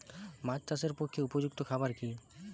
মাছ চাষের পক্ষে উপযুক্ত খাবার কি কি?